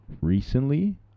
recently